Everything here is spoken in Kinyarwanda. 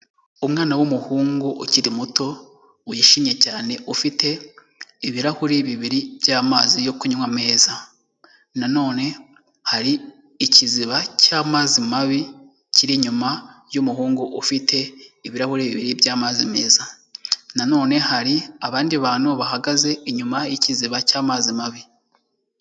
Umwana w'umuhungu ukiri muto wishimye cyane ufite ibirahuri bibiri by'amazi yo kunywa meza, nanone hari ikiziba cy'amazi mabi kiri inyuma y'umuhungu ufite ibirahuri bibiri by'amazi meza, nanone hari abandi bantu bahagaze inyuma y'ikiziba cy'amazi mabi.